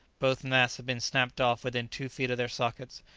both masts had been snapped off within two feet of their sockets,